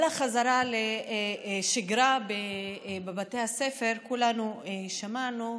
על החזרה ל"שגרה" בבתי הספר כולנו שמענו,